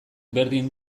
berdin